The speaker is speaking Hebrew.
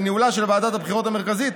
בניהולה של ועדת הבחירות המרכזית,